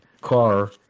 car